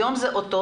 היום זה אותות,